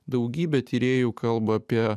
daugybė tyrėjų kalba apie